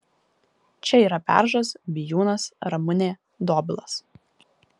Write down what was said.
čia yra beržas bijūnas ramunė dobilas